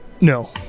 No